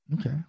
Okay